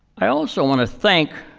i also want to thank